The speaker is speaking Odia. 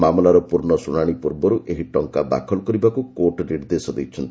ମାମଲାର ପୂର୍ଣ୍ଣ ଶୁଣାଣି ପୂର୍ବରୁ ଏହି ଟଙ୍କା ଦାଖଲ କରିବାକୁ କୋର୍ଟ ନିର୍ଦ୍ଦେଶ ଦେଇଛନ୍ତି